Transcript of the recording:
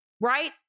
right